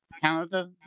Canada